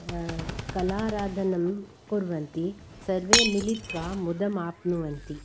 कलाराधनं कुर्वन्ति सर्वे मिलित्वा मुदम् आप्नुवन्ति